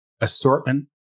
assortment